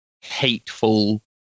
hateful